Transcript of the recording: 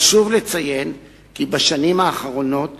חשוב לציין כי בשנים האחרונות